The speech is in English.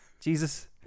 jesus